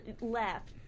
left